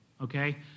okay